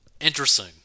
interesting